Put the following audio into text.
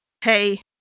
hey